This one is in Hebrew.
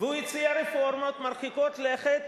והוא הציע רפורמות מרחיקות לכת,